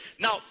Now